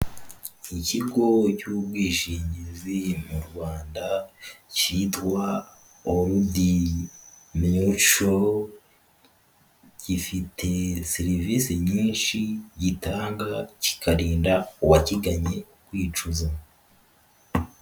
Ikigo cy'ubwishingizi mu Rwanda cyitwa OLD MUTUAL, gifite serivise nyinshi gitanga kikarinda uwakiganye kwicuza.